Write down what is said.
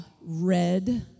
red